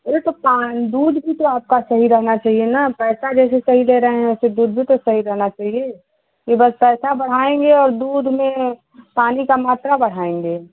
अरे दूध भी तो आपका सही रहना चाहिए ना पैसा जैसे सही ले रहे हैं तो दूध भी तो सही रहना चाहिए कि बस पैसा बढ़ाएँगे और दूध में पानी की मात्रा बढ़ाएँगे